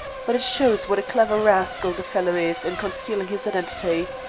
but it shows what a clever rascal the fellow is in concealing his identity.